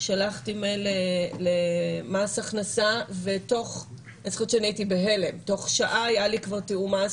ששלחתי מייל למס הכנסה ותוך שעה היה לי כבר תיאום מס.